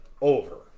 over